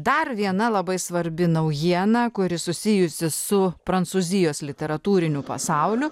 dar viena labai svarbi naujiena kuri susijusi su prancūzijos literatūriniu pasauliu